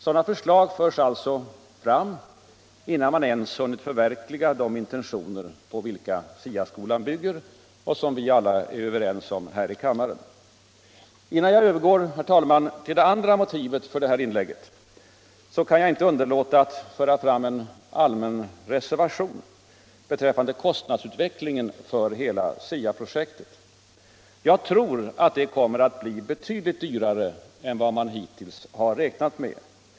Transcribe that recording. Sådana förslag förs alltså fram innan man ens hunnit förverkliga de intentioner på vilka SIA-skolan bygger och som vi alla är överens om här i kammaren. Herr talman! Innan jag övergår till det andra motivet för detta inlägg kan jag inte underlåta att töra fram en allmän reservation beträffande kostnadsutvecklingen för hela SIA-projektet. Jag tror att det kommer att bli betydligt dyrare än vad man har räknat med.